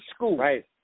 Right